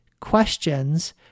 questions